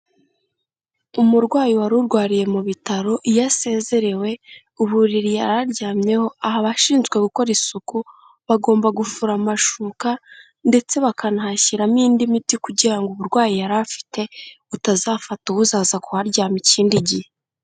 Umurwayi wari urwariye mu bitaro, iyo asezerewe uburiri yari aryamyeho, aha abashinzwe gukora isuku bagomba gufura amashuka ndetse bakanahashyiramo indi miti kugira ngo uburwayi yari afite, butazafata uzaza kuharyama ikindi gihe.